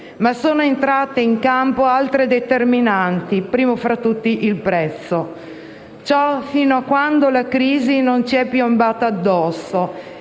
ma sono entrate in campo altre determinanti, come il prezzo. Ciò fino a quando la crisi non ci è piombata addosso